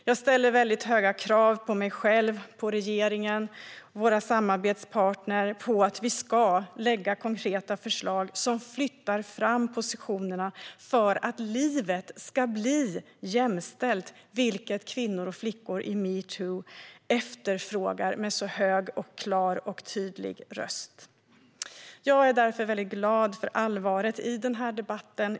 Jag ställer höga krav på mig själv, på regeringen och på våra samarbetspartner på att vi ska lägga fram konkreta förslag som flyttar fram positionerna för att livet ska bli jämställt, vilket kvinnor och flickor i metoo efterfrågar med så hög, klar och tydlig röst. Jag är därför glad för allvaret i debatten.